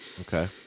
Okay